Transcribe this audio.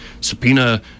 subpoena